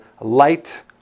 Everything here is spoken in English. light